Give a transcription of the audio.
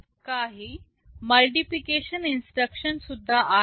काही multiplication instruction सुद्धा आहेत